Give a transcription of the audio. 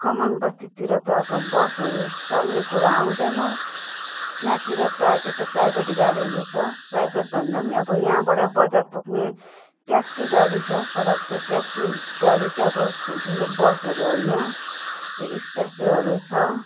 कमान बस्तीतिर त अब बसहरू चल्ने कुरो आउँदैन यहाँतिर प्रायः चाहिँ त्यो प्राइभेट गाडीहरू छ प्राइभेट भन्दा पनि अब यहाँबाट बजार पुग्ने ट्याक्सी गाडी छ तर त्यो ट्याक्सी गाडी चाहिँ अब ठुल्ठुलो बसहरू होइन त्यो स्पासियोहरू छ